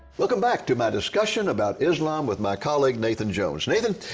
welcome back to my discussion about islam with my colleague, nathan jones. nathan,